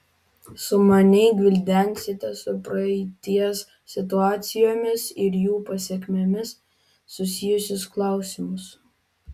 sumaniai gvildensite su praeities situacijomis ir jų pasekmėmis susijusius klausimus